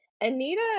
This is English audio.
Anita